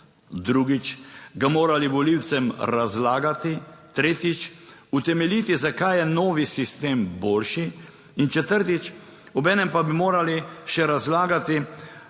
drugič, ga morali volivcem razlagati, tretjič, utemeljiti, zakaj je novi sistem boljši in četrtič, obenem pa bi morali še razlagati,